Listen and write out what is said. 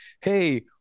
Hey